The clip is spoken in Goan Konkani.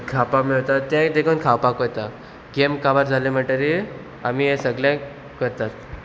खावपाक मेळटा तेंय देखून खावपाक वता गेम काबार जालें म्हणटरी आमी हें सगलें करतात